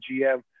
GM